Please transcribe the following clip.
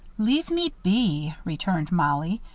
leave me be, returned mollie.